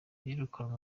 birukanwe